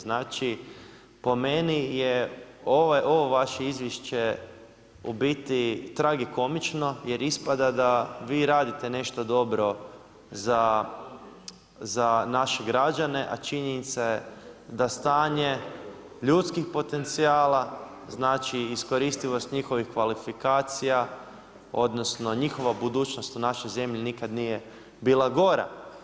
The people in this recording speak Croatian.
Znači, po meni je ovo vaše izvješće u biti tragikomično, jer ispada da vi radite nešto dobro za naše građane, a činjenica je da stanje ljudskih potencijala znači iskoristivost njihovih kvalifikacija, odnosno njihova budućnost u našoj zemlji nikad nije bila gora.